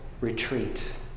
retreat